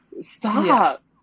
Stop